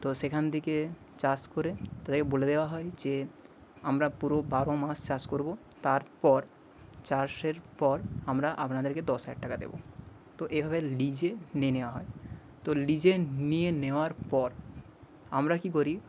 তো সেখান থেকে চাষ করে তাদের বলে দেওয়া হয় যে আমরা পুরো বারো মাস চাষ করবো তারপর চাষের পর আমরা আপনাদেরকে দশ হাজার টাকা দেবো তো এভাবে লিজে নিয়ে নেওয়া হয় তো লিজে নিয়ে নেওয়ার পর আমরা কী করি